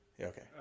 Okay